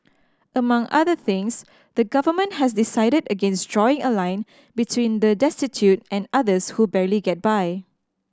among other things the Government has decided against drawing a line between the destitute and others who barely get by